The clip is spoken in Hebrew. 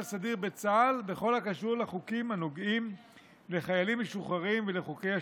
סדיר בצה"ל בכל הקשור לחוקים הנוגעים לחיילים משוחררים ולחוקי השיקום.